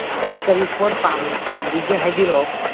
ꯀꯔꯤ ꯀꯔꯤ ꯄꯣꯠ ꯄꯥꯝꯕꯤꯒꯦ ꯍꯥꯏꯕꯤꯔꯛꯑꯣ